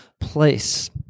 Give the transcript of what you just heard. place